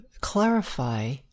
clarify